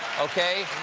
okay?